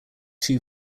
two